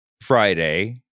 Friday